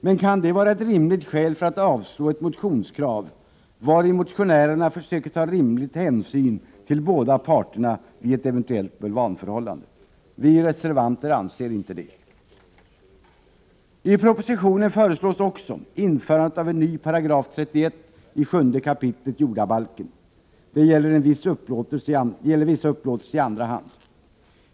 Men kan det vara ett rimligt skäl för att avstyrka ett motionskrav vari motionärerna försöker ta rimlig hänsyn till båda parterna vid ett eventuellt bulvanförhållande? Vi reservanter anser inte det. I propositionen föreslås också införandet av en ny 31§ i 7 kap. jordabalken. Det gäller vissa upplåtelser i andra hand.